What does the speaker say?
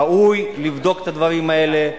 ראוי לבדוק את הדברים האלה,